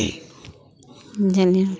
जेना